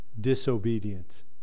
disobedience